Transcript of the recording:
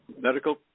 medical